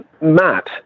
Matt